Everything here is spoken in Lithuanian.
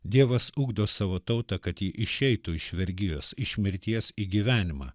dievas ugdo savo tautą kad ji išeitų iš vergijos iš mirties į gyvenimą